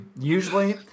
usually